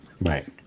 Right